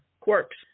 quirks